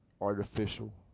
artificial